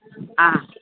ആ